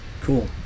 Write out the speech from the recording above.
Cool